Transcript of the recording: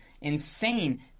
insane